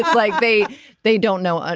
like they they don't know. ah